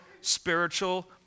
spiritual